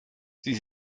sie